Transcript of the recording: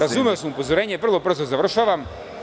Razumeo sam upozorenje, vrlo brzo završavam.